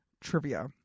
trivia